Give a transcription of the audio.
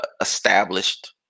established